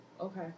Okay